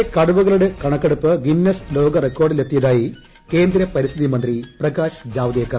രാജ്യത്തെ കടുവകളുടെ കണക്കെടുപ്പ് ഗിന്നസ് ലോക റിക്കോർഡിലെത്തിയതായി കേന്ദ്ര പരിസ്ഥിതി മന്ത്രി പ്രകാശ് ജാവദേക്കർ